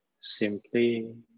simply